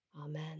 Amen